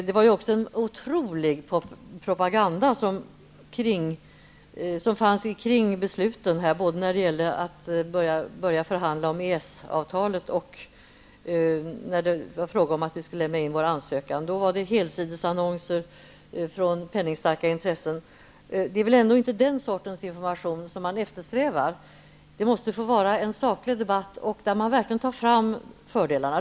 Det var också otrolig propaganda kring besluten om att börja förhandla om EES-avtalet och om att söka medlemskap. Då var det helsidesannonser från penningstarka intressen. Det är väl inte den sortens information som man eftersträvar. Det måste vara en saklig debatt, där fördelarna verkligen belyses.